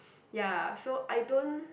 ya so I don't